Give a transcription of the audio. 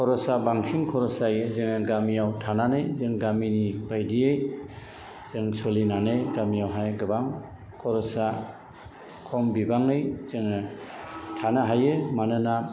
खरसा बांसिन खरस जायो जों गामियाव थानानै जों गामिनि बायदियै जों सोलिनानै गामियावहाय गोबां खरसा खम बिबाङै जोङो थानो हायो मानोना